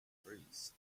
phrase